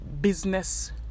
business